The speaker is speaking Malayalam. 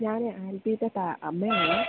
ഞാന് ആൽബിയുടെ അമ്മയാണ്